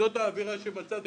שזו האווירה שמצאתי.